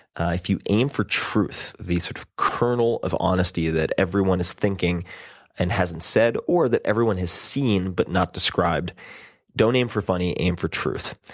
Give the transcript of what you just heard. ah if you aim for truth the sort of kernel of honesty that everyone is thinking and hasn't said or that everyone has seen, but not described don't aim for funny, aim for truth.